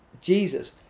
Jesus